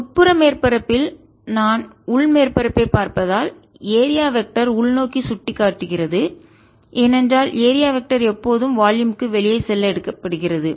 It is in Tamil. உட்புற மேற்பரப்பில் நான் உள் மேற்பரப்பை பார்த்தால் ஏரியா வெக்டர் உள்நோக்கி சுட்டிக்காட்டுகிறது ஏனென்றால் ஏரியா வெக்டர் எப்போதும் வால்யும் க்கு வெளியே செல்ல எடுக்கப்படுகிறது